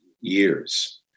years